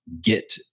get